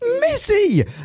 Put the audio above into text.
MISSY